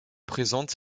présente